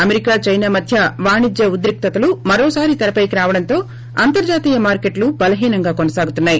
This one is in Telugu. అమెరికా చైనా మధ్య వాణిజ్య ఉద్రిక్తలు మరోసారి తెరపైకి రావడంతో అంతర్జాతీయ మార్కెట్లు బలహీనంగా కొనసాగుతున్నాయి